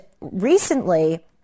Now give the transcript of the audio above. recently